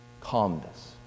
calmness